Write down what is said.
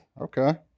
Okay